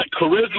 charisma